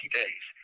days